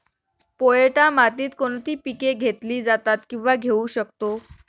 पोयटा मातीत कोणती पिके घेतली जातात, किंवा घेऊ शकतो?